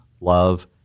love